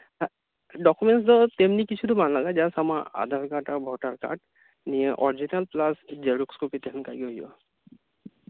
ᱮᱜ ᱰᱚᱠᱚᱢᱮᱱᱴᱥ ᱫᱚ ᱛᱮᱢᱱᱤ ᱠᱤᱪᱷᱩ ᱫᱚ ᱵᱟᱝ ᱞᱟᱜᱟᱜᱼᱟ ᱡᱟᱥᱴ ᱟᱢᱟᱜ ᱟᱫᱷᱟᱨ ᱠᱟᱨᱰ ᱟᱨ ᱵᱷᱳᱴᱟᱨ ᱠᱟᱨᱰ ᱱᱤᱭᱟᱹ ᱚᱨᱤᱡᱤᱱᱟᱞ ᱯᱮᱞᱟᱥ ᱡᱮᱨᱚᱠᱥ ᱠᱚᱯᱤ ᱛᱟᱸᱦᱮᱱ ᱠᱷᱟᱱ ᱜᱮ ᱦᱩᱭᱩᱜᱼᱟ